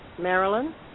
Maryland